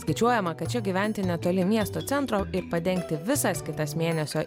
skaičiuojama kad čia gyventi netoli miesto centro ir padengti visas kitas mėnesio